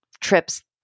trips